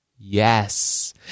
Yes